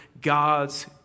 God's